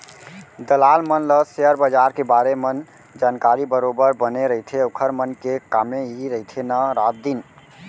दलाल मन ल सेयर बजार के बारे मन जानकारी बरोबर बने रहिथे ओखर मन के कामे इही रहिथे ना रात दिन